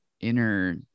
inner